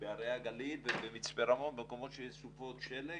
בהרי הגליל, במצפה רמון, במקומות שיש סופות שלג,